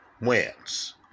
wins